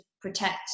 protect